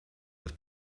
das